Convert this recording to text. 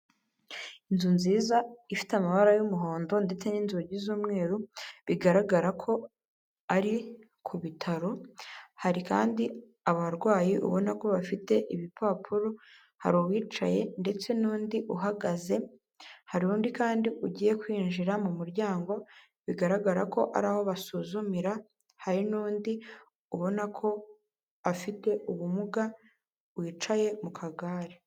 Inzu nziza ifite amabara y'umuhondo ndetse n'inzugi z'umweru, bigaragara ko ari kubitaro, hari kandi abarwayi ubona ko bafite ibipapuro, hari uwicaye ndetse n'undi uhagaze, hari n'undi kandi ugiye kwinjira mu muryango bigaragara ko ari aho basuzumira, hari n'undi ubona ko afite ubumuga wicaye mu kagare.